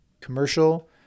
commercial